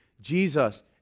Jesus